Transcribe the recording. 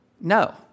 no